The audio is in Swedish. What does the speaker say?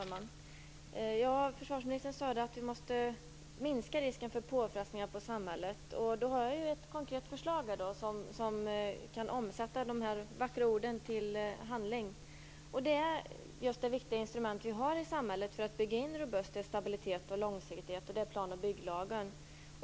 Herr talman! Försvarsministern sade att vi måste minska risken för påfrestningar på samhället, och jag har ett konkret förslag som kan omsätta de vackra orden i handling. Plan och bygglagen är ett viktigt instrument för att bygga in robusthet, stabilitet och långsiktighet i samhället.